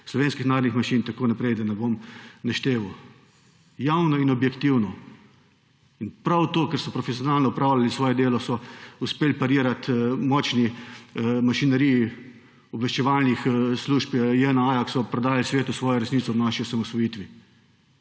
slovenskih narodnih manjšin…« in tako naprej, da ne bom našteval. Javno in objektivno. In prav to, ker so profesionalno opravljali svoje delo, so uspeli parirati močni mašineriji obveščevalnih služb JNA, ki so prodajali svetu svojo resnico ob naši osamosvojitvi.